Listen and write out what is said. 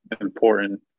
important